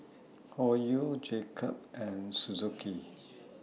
Hoyu Jacob's and Suzuki